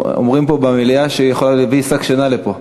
אומרים פה במליאה שהיא יכולה להביא שק שינה לפה.